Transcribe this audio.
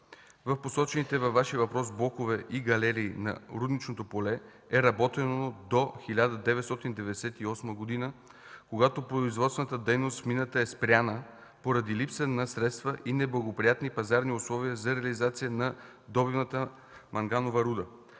В посочените във Вашия въпрос блокове и галерии на рудничното поле е работено до 1998 г., когато производствената дейност в мината е спряна поради липса на средства и неблагоприятни пазарни условия за реализация на добиваната манганова руда.